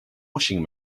washing